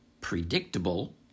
predictable